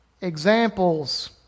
examples